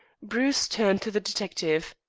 bruce turned to the detective.